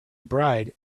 bride